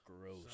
Gross